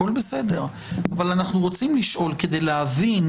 הכול בסדר אבל אנחנו רוצים לשאול כדי להבין